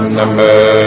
number